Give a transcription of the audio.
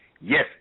Yes